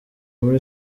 muri